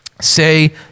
Say